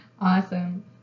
Awesome